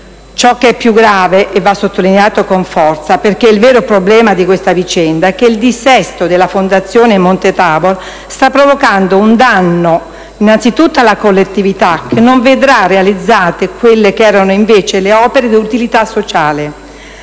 Ciò che è più grave, e che va sottolineato con forza perché è il vero problema di questa vicenda, è che il dissesto della Fondazione Monte Tabor sta provocando un danno innanzitutto alla collettività che non vedrà realizzate quelle che invece erano le opere di utilità sociale.